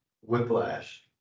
Whiplash